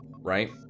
right